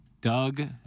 Doug